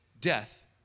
death